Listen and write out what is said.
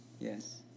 Yes